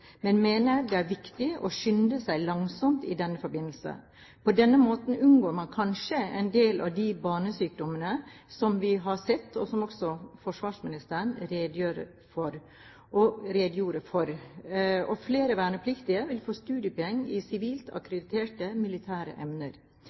men mener det er viktig å skynde seg langsomt i denne forbindelse. På denne måten unngår man kanskje en del av de barnesykdommene vi har sett, og som også forsvarsministeren redegjorde for. Flere vernepliktige vil få studiepoeng i sivilt